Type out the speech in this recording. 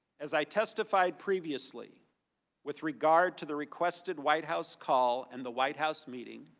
as i testified previously with regard to the requested white house call and the white house meeting,